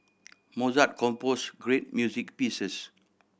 Mozart compose great music pieces